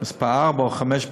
מספר ארבע או חמש בעולם.